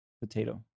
potato